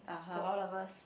to all of us